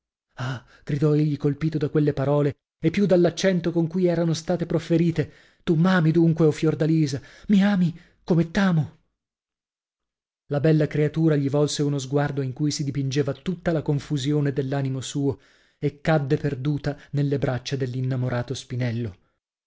ah gridò egli colpito da quelle parole e più dall'accento con cui erano stato profferite tu m'ami dunque o fiordalisa mi ami come t'amo la bella creatura gli volse uno sguardo in cui si dipingeva tutta la confusione dell'animo suo e cadde perduta nello braccia dell'innamorato spinello